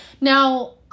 Now